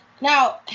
Now